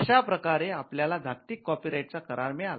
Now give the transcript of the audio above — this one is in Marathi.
अश्या प्रकारे आपल्याला जागतिक कॉपी राईट चा करार मिळाला